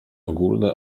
ogólne